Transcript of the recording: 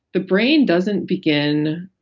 the brain doesn't begin,